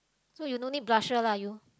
so you no need blusher lah you